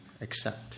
accept